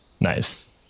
Nice